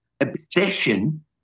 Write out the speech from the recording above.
obsession